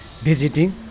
visiting